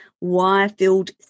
wire-filled